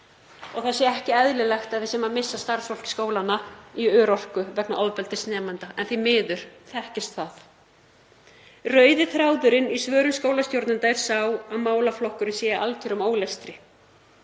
Það sé ekki eðlilegt að við séum að missa starfsfólk skólanna í örorku vegna ofbeldis nemenda en því miður þekkist það. Rauði þráðurinn í svörum skólastjórnenda er sá að málaflokkurinn sé í algjörum ólestri.